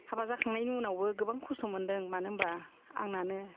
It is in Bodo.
हाबा जाखांनायनि उनावबो गोबां खस्त' मोनदों मानो होनबा आंनानो